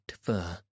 fur